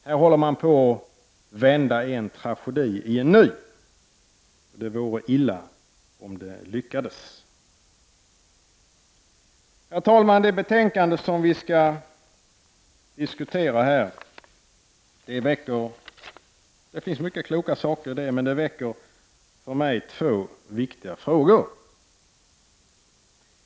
Här håller man på att vända en tragedi i en ny — det vore illa om det lyckades. Herr talman! Det betänkande som vi skall diskutera här innehåller mycket kloka saker, men det väcker för mig två viktiga frågor.